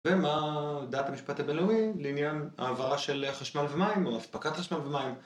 ומה דעת המשפט הבינלאומי לעניין העברה של חשמל ומים או אף הספקת חשמל ומים?